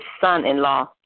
son-in-law